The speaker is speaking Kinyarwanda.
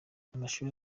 amashuri